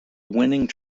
winning